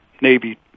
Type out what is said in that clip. Navy